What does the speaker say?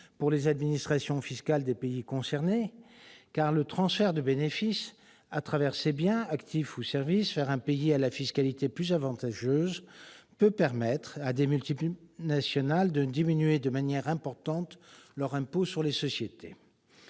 pour les administrations fiscales des pays concernés, car le transfert de bénéfices, à travers ces biens, actifs ou services, vers un pays à la fiscalité plus avantageuse peut permettre à des multinationales de diminuer de manière importante le montant de leur impôt sur les sociétés.